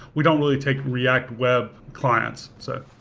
we don't really take react web clients. so